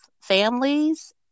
families